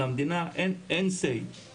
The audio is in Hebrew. למדינה אין "סיי".